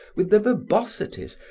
with the verbosities,